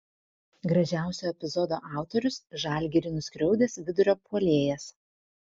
gražiausio epizodo autorius žalgirį nuskriaudęs vidurio puolėjas